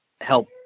help